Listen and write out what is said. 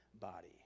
body